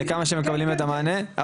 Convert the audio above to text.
לכמה שמקבלים את המענה?